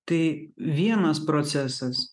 tai vienas procesas